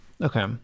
Okay